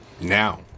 Now